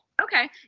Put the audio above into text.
Okay